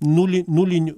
nulį nulinių